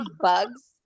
bugs